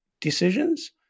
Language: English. decisions